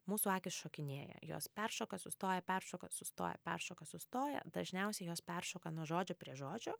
mūsų akys šokinėja jos peršoka sustoja peršoka sustoja peršoka sustoja dažniausiai jos peršoka nuo žodžio prie žodžio